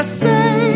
say